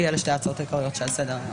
אלה שתי ההצעות העיקריות שעל סדר היום.